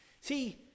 See